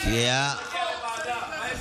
אתם הבאתם את החוק.